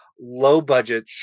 low-budget